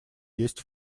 есть